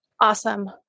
Awesome